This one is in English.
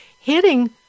hitting